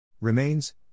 Remains